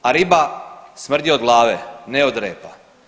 A riba smrdi od glave, ne od repa.